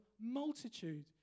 multitude